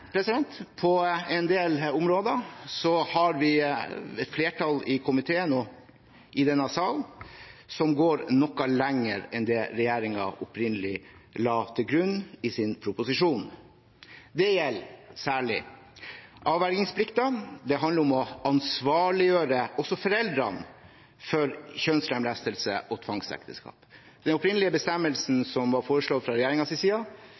Men på en del områder har vi et flertall i komiteen og i denne sal som går noe lenger enn det regjeringen opprinnelig la til grunn i sin proposisjon. Det gjelder særlig avvergingsplikten. Det handler om å ansvarliggjøre også foreldrene for kjønnslemlestelse og tvangsekteskap. Den opprinnelige bestemmelsen som var foreslått fra regjeringens side,